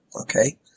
Okay